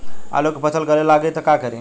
आलू के फ़सल गले लागी त का करी?